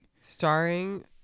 Starring